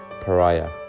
pariah